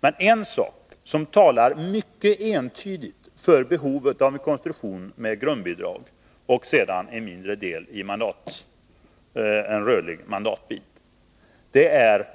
Men en sak som mycket entydigt talar för behovet av en konstruktion med ett grundbidrag och en mindre, rörlig mandatbit är